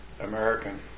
American